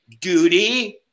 Duty